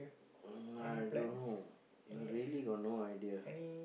I don't know I really got no idea